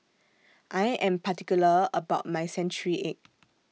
I Am particular about My Century Egg